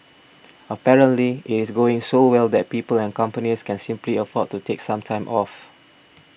apparently it is going so well that people and companies can simply afford to take some time off